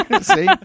See